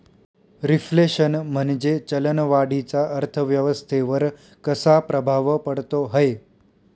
Reflation म्हणजे चलन वाढीचा अर्थव्यवस्थेवर कसा प्रभाव पडतो है?